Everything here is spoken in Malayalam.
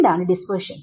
എന്താണ് ഡിസ്പ്പേർഷൻ